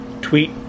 tweet